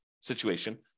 situation